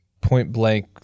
point-blank